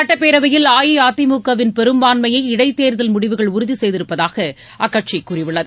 சுட்டப்பேரவையில் அஇஅதிமுகவின் பெரும்பான்மையை இடைத்தேர்தல் முடிவுகள் உறுதி செய்திருப்பதாக அக்கட்சி கூறியுள்ளது